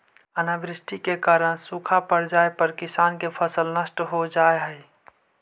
अनावृष्टि के कारण सूखा पड़ जाए पर किसान के फसल नष्ट हो जा हइ